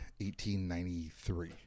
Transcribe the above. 1893